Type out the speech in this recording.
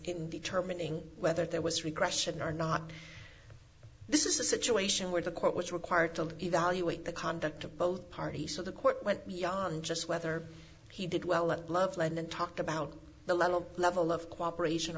in determining whether there was repression are not this is a situation where the court was required to evaluate the conduct of both parties so the court went beyond just whether he did well at loveland and talk about the level of level of cooperation